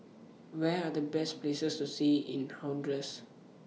Where Are The Best Places to See in Honduras